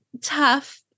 Tough